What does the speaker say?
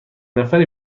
نفری